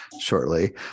shortly